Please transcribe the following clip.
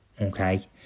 okay